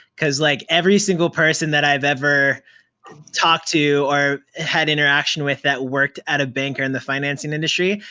cause like every single person that i've ever talked to or had interaction with that worked at a bank or in the financing industry,